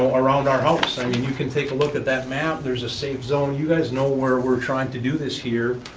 ah around our house. i mean you can take a look at that map, and there's a safe zone. you guys know where we're trying to do this here.